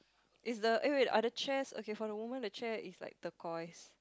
is the eh wait are the chairs okay for the woman the chair is like turquoise